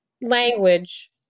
language